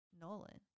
Nolan